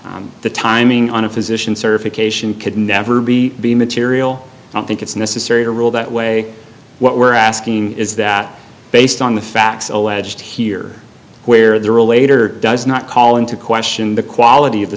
that the timing on a physician certification could never be be material i think it's necessary to rule that way what we're asking is that based on the facts alleged here where the relator does not call into question the quality of the